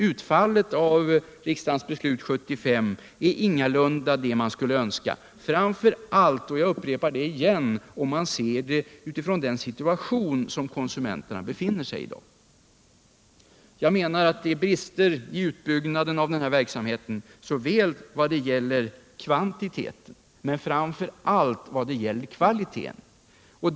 Utfallet av riksdagens beslut 1975 är ingalunda det man skulle önska, framför allt — jag upprepar det — om man ser det utifrån den situation som konsumenterna befinner sig i i dag. Enligt min mening finns det brister i utbyggnaden av denna verksamhet inte bara vad det gäller kvantiteten, utan kanske framför allt vad det gäller kvaliteten.